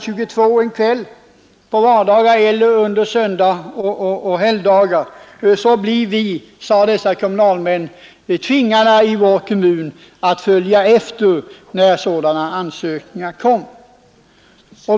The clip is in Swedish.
22 på vardagar eller under söndagar och helgdagar, blir vi i vår kommun, sade dessa kommunalmän, tvingade att följa efter när sådana ansökningar inkommer.